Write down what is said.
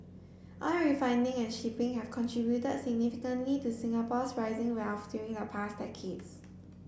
oil refining and shipping have contributed significantly to Singapore's rising wealth during the past decades